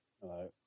Hello